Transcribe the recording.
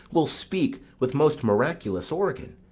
will speak with most miraculous organ,